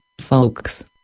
folks